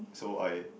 so I